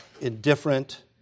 indifferent